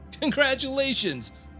Congratulations